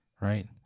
Right